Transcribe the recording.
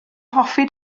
hoffi